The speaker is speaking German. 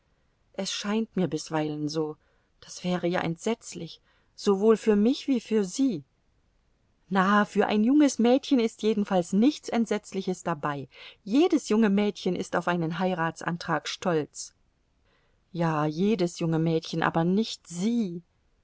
es scheint mir bisweilen so das wäre ja entsetzlich sowohl für mich wie für sie na für ein junges mädchen ist jedenfalls nichts entsetzliches dabei jedes junge mädchen ist auf einen heiratsantrag stolz ja jedes junge mädchen aber nicht sie